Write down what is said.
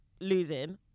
losing